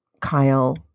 Kyle